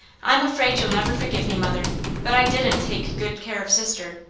i'm afraid you'll never forgive me, mother but i didn't take good care of sister.